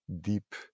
deep